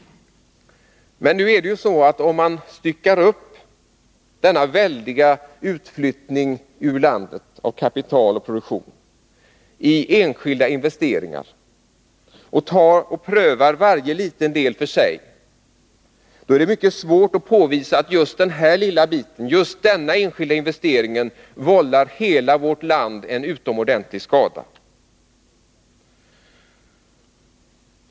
Om man styckar upp den väldiga utflyttningen av kapital och produktion ur landet i enskilda investeringar och prövar varje liten del för sig är det mycket svårt att påvisa att just en enskild investering vållar hela vårt land en utomordentlig skada.